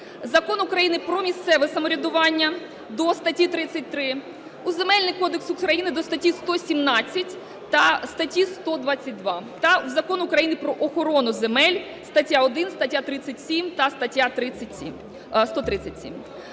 Закону України про місцеве самоврядування – до статті 33, у Земельний кодекс України – до статті 117 та статті 122, та в Закон України "Про охорону земель" – стаття 1, стаття 37 та стаття 137.